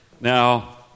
Now